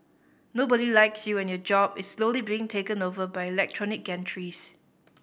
nobody likes you and your job is slowly being taken over by electronic gantries